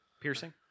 Piercing